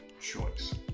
choice